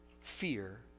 fear